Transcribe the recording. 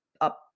up